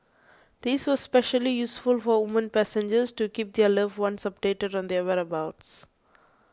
this was especially useful for women passengers to keep their loved ones updated on their whereabouts